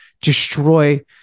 destroy